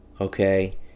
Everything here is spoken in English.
okay